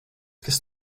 kas